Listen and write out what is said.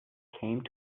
came